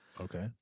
okay